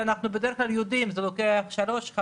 כשאנחנו יודעים שזה לוקח שלוש שנים,